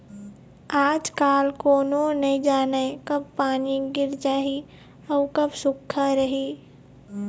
आजकाल कोनो नइ जानय कब पानी गिर जाही अउ कब सुक्खा रही